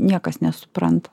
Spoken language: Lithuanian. niekas nesupranta